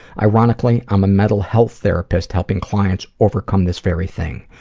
ironically, i'm a mental health therapist helping clients overcome this very thing.